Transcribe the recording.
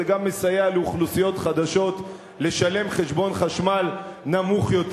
וזה גם מסייע לאוכלוסיות חלשות לשלם חשבון חשמל נמוך יותר.